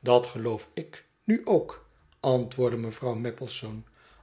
dat geloof ik nu ook antwoordde mevrouw maplesone